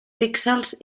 píxels